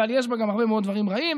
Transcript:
אבל יש בה גם הרבה מאוד דברים רעים.